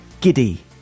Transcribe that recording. giddy